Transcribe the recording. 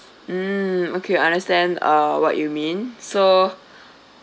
mm okay understand uh what you mean so